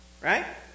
Right